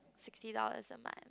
sixty dollars a month